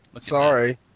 Sorry